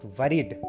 worried